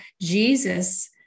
Jesus